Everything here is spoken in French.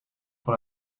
pour